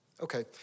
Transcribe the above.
Okay